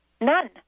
None